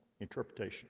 interpretation